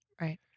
Right